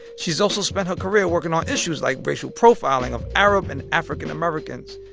she's also spent her career working on issues like racial profiling of arab and african-americans.